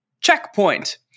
checkpoint